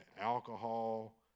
alcohol